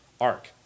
arc